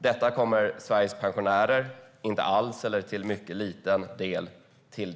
Detta kommer Sveriges pensionärer inte alls till del eller mycket lite till del.